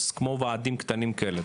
זה כמו וועדים קטנים כאלה,